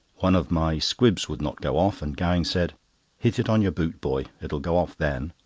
one of my squibs would not go off, and gowing said hit it on your boot, boy it will go off then.